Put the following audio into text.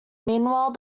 meanwhile